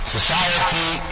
Society